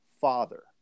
father